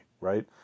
right